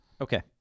okay